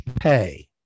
pay